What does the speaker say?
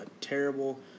terrible